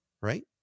right